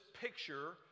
picture